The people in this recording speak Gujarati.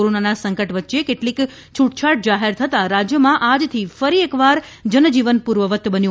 કોરોનાના સંકટ વચ્ચે કેટલીક છૂટછાટ જાહેર થતા રાજ્યમાં આજથી ફરી એક વાર જનજીવન પૂર્વવ્રત બન્યું